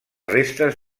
restes